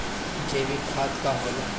जैवीक खाद का होला?